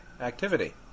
Activity